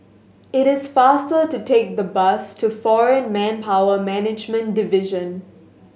it is faster to take the bus to Foreign Manpower Management Division